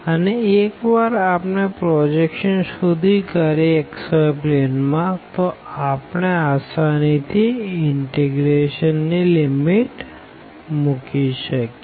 અને એક વાર આપણે પ્રોજેક્શન શોધી કાઢીએ xy પ્લેન માં તો આપણે આસાની થી ઇનટીગ્રેશન ની લીમીટ મૂકી શકીએ